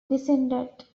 dissented